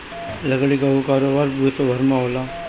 लकड़ी कअ कारोबार विश्वभर में होला